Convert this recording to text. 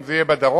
אם זה יהיה בדרום.